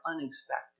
unexpected